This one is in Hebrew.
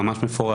זה ממש מפורט.